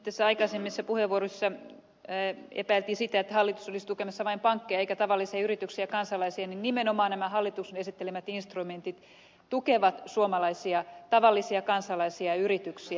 tässä aikaisemmissa puheenvuoroissa epäiltiin sitä että hallitus olisi tukemassa vain pankkeja eikä tavallisia yrityksiä ja kansalaisia mutta nimenomaan nämä hallituksen esittelemät instrumentit tukevat tavallisia suomalaisia kansalaisia ja yrityksiä